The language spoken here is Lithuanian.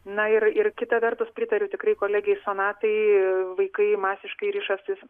na ir ir kita vertus pritariu tikrai kolegei sonatai vaikai masiškai rišasi